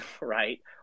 right